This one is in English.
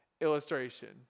illustration